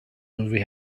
movie